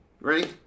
Ready